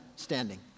standing